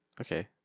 Okay